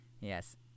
yes